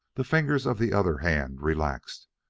the fingers of the other hand relaxed,